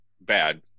bad